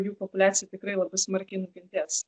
jų populiacija tikrai labai smarkiai nukentės